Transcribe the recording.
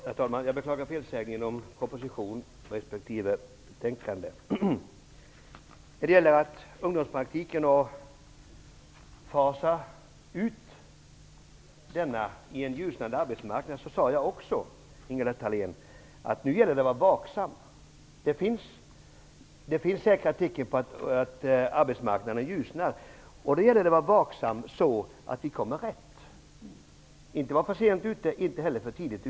Herr talman! Jag beklagar felsägningen om proposition respektive betänkande. Herr talman! När det gäller en utfasning av ungdomspraktiken i en ljusnande arbetsmarknad sade jag att det gäller att vara vaksam, Ingela Thalén. Det finns säkra tecken på att arbetsmarknaden ljusnar. Då gäller det att vara vaksam, så att vi kommer rätt. Vi får inte vara för sent ute, inte heller för tidigt.